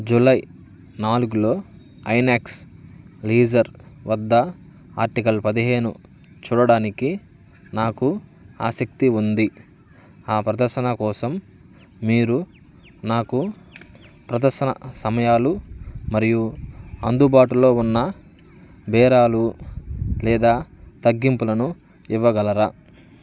July నాలుగులో INOX leisure వద్ద article పదిహేను చూడడానికి నాకు ఆసక్తి ఉంది ఆ ప్రదర్శన కోసం మీరు నాకు ప్రదర్శన సమయాలు మరియు అందుబాటులో ఉన్న బేరాలు లేదా తగ్గింపులను ఇవ్వగలరా